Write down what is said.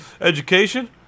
education